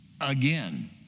again